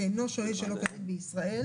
שאינו שוהה שלא כדין בישראל